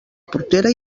portera